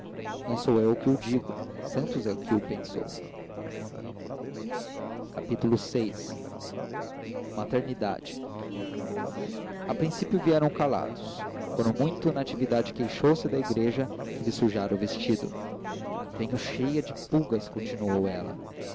não sou eu que o digo santos é que o pensou vi maternidade a princípio vieram calados quando muito natividade queixou-se da igreja que lhe sujara o vestido venho cheia de pulgas continuou ela